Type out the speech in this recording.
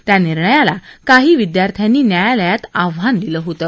त्या निर्णयाला काही विद्यार्थ्यांनी न्यायालयात आव्हान दिलं होतं